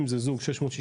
אם זה זוג 660,